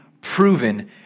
proven